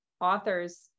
authors